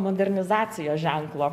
modernizacijos ženklo